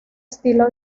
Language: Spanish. estilo